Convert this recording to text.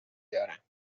دارم